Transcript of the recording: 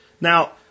Now